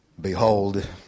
behold